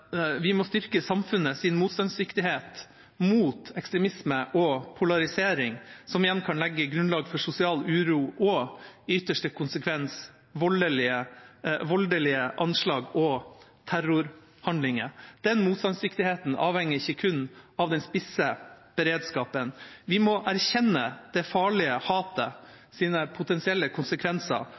Vi må styrke samfunnets motstandsdyktighet mot ekstremisme og polarisering, som igjen kan legge grunnlag for sosial uro og i ytterste konsekvens voldelige anslag og terrorhandlinger. Den motstandsdyktigheten avhenger ikke kun av den spisse beredskapen. Vi må erkjenne det farlige hatets potensielle konsekvenser